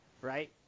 right